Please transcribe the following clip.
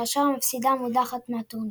כאשר המפסידה מודחת מהטורניר.